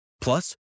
Plus